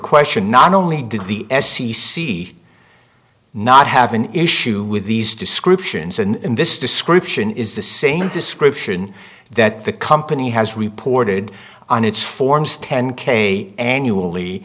question not only did the s c see not have an issue with these descriptions and this description is the same description that the company has reported on its forms ten k annually